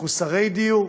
מחוסרי דיור,